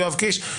יואב קיש.